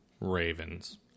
Ravens